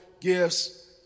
gifts